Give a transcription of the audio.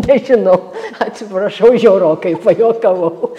nežinau atsiprašau žiaurokai pajuokavau